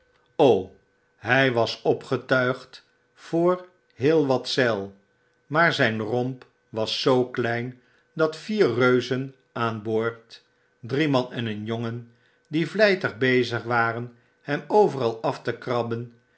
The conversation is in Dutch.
hj was opgetuigd voof heel wat zeil maair zyn romp was zoo klein dat vier reuzen aan boord drie man en een jongen die vlijtig bezig waren hem overal af te krabben